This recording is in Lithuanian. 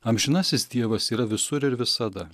amžinasis dievas yra visur ir visada